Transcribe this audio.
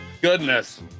goodness